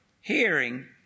hearing